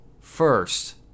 First